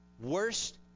Worst